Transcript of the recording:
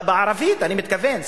בערבית, אני מתכוון.